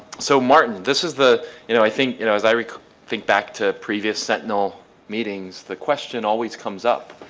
so martin, this is the, you know i think, you know as i think back to previous sentinel meetings the question always comes up,